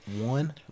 one